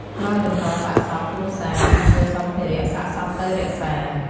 ក្រោយតម្កលសាកសព គ្រួសារអាចយកសម្ភារៈសាកសពទៅរក្សា។